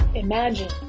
Imagine